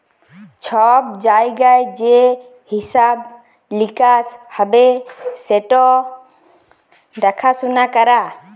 ছব জায়গায় যে হিঁসাব লিকাস হ্যবে সেট দ্যাখাসুলা ক্যরা